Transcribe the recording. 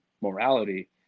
morality